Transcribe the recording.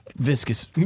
Viscous